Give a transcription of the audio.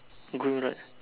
gold right